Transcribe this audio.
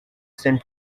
sent